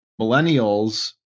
millennials